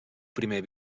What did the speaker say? primer